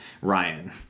ryan